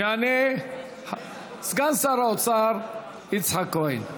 יענה סגן שר האוצר יצחק כהן.